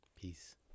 peace